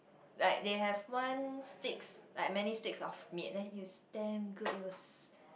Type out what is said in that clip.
like they have one sticks like many sticks of meat then it's damn good it was